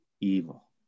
evil